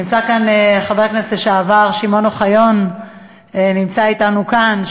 חבר הכנסת לשעבר שמעון אוחיון נמצא אתנו כאן,